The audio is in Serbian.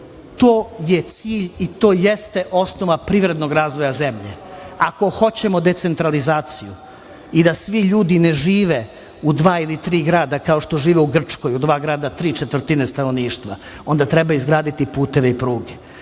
To je cilj i to jeste osnova privrednog razvoja zemlje. Ako hoćemo decentralizaciju i da svi ljudi ne žive u dva ili tri grada kao što žive u Grčkoj, u dva grada tri četvrtine stanovništva, onda treba izgraditi puteve i pruge